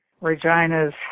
Regina's